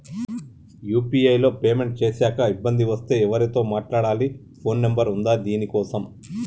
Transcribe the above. UPI లో payment చేశాక ఇబ్బంది వస్తే ఎవరితో మాట్లాడాలి? ఫోన్ నంబర్ ఉందా దీనికోసం?